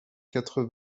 quatre